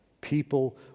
People